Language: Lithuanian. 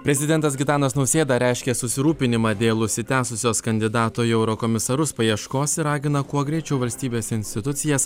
prezidentas gitanas nausėda reiškia susirūpinimą dėl užsitęsusios kandidato į eurokomisarus paieškos ir ragina kuo greičiau valstybės institucijas